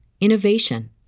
innovation